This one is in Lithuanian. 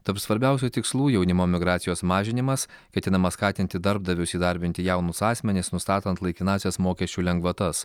tarp svarbiausių tikslų jaunimo emigracijos mažinimas ketinama skatinti darbdavius įdarbinti jaunus asmenis nustatant laikinąsias mokesčių lengvatas